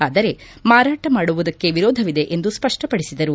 ಆದರೆ ಮಾರಾಟ ಮಾಡುವುದಕ್ಕೆ ವಿರೋಧವಿದೆ ಎಂದು ಸ್ಪಷ್ಟಪಡಿಸಿದರು